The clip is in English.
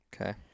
Okay